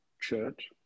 church